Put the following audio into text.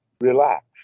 relax